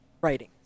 writing